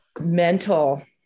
mental